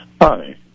Hi